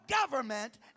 government